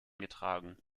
getragen